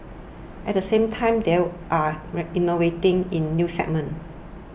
at the same time they are innovating in new segments